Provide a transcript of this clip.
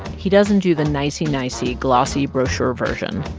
he doesn't do the nicey, nicey, glossy brochure version,